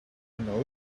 know